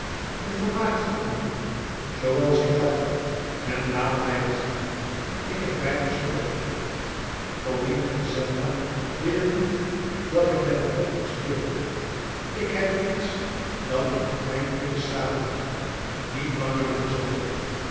hoe vermaakt ge u zooals ik kan men laat mij begaan ik heb weinig speelgoed ponine en zelma willen niet dat ik met haar poppen speel ik heb niets dan een klein blikken sabeltje niet langer dan zoo